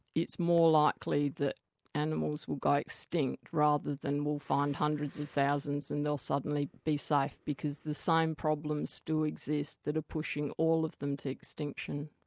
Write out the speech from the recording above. it's more likely that animals will go extinct rather than we'll find hundreds of thousands and they'll suddenly be safe, because the same problems do exist that are pushing all of them to extinction.